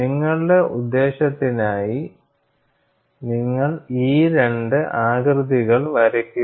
നിങ്ങളുടെ ഉദ്ദേശ്യത്തിനായി നിങ്ങൾ ഈ രണ്ട് ആകൃതികൾ വരയ്ക്കുക